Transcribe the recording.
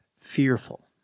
fearful